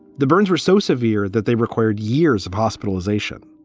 the burns were so severe that they required years of hospitalization